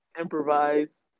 improvise